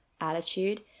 attitude